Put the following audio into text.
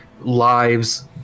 lives